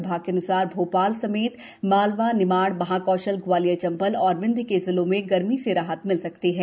विभाग के अन्सार भोपाल समेत मालवा निमाइ महाकौशल ग्वालियर चंबल और विंध्य के जिलों को गर्मी से राहत मिल सकती हैं